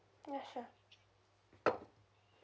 ya sure